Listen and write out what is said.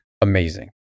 Amazing